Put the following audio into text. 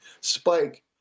spike